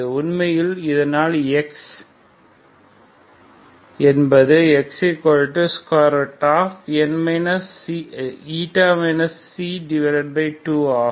உண்மையில் அதனால் x என்பது x 2 ஆகும்